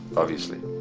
obviously.